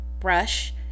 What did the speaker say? brush